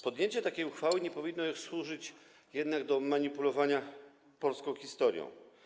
Podjęcie takiej uchwały nie powinno służyć jednak do manipulowania polską historią.